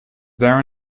there